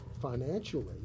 financially